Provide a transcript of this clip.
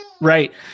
Right